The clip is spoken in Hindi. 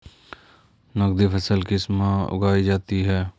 नकदी फसल किस माह उगाई जाती है?